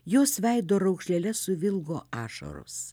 jos veido raukšleles suvilgo ašaros